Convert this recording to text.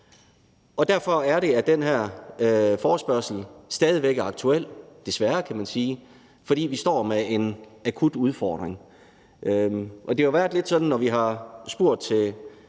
Derfor er den her forespørgsel stadig væk aktuel – desværre, kan man sige – for vi står med en akut udfordring. Det har lidt været sådan, at når vi har spurgt